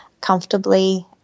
comfortably